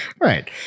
right